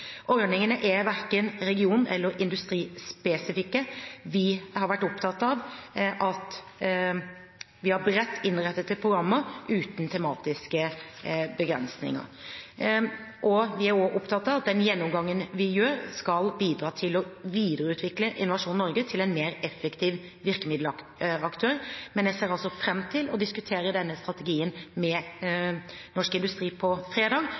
Ordningene er verken region- eller industrispesifikke. Vi har vært opptatt av at vi har bredt innrettede programmer uten tematiske begrensninger. Vi er også opptatt av at den gjennomgangen vi gjør, skal bidra til å videreutvikle Innovasjon Norge til en mer effektiv virkemiddelaktør, men jeg ser altså fram til å diskutere denne strategien med Norsk Industri på fredag,